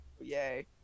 Yay